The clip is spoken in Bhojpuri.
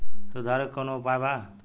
सुधार के कौनोउपाय वा?